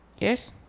Yes